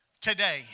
Today